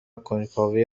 کنجکاوی